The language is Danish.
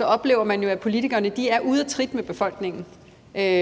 oplever man, at politikerne er ude af trit med befolkningen.